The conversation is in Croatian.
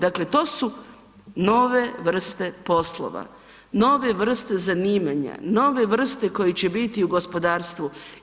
Dakle, to su nove vrste poslova, nove vrste zanimanja, nove vrste koje će biti u gospodarstvu.